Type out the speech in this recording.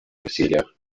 усилиях